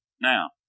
Now